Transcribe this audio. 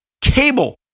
cable